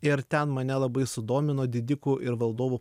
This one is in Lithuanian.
ir ten mane labai sudomino didikų ir valdovų